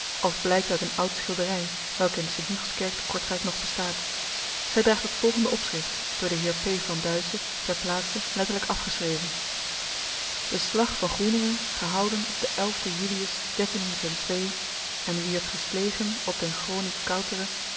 als blijkt uit een oud schilderij welke in de st michielskerk te kortrijk nog bestaat zij draagt het volgende opschrift door de heer p van duyse ter plaatse letterlijk afgeschreven den slag van groeninghe gehouden op den xien julius en wiert gheslegen op den groninck